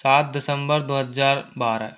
सात दिसंबर दो हजार बारह